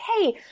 Hey